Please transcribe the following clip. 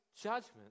judgment